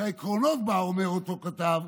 שהעקרונות בה, אומר אותו כתב,